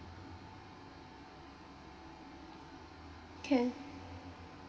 can